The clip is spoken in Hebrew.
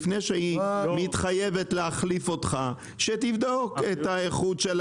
לפני שהיא מתחייבת להחליף אותך שתבדוק את האיכות,